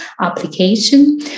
application